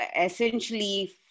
essentially